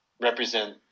represent